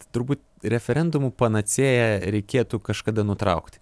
turbūt referendumų panacėją reikėtų kažkada nutraukti